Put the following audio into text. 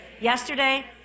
yesterday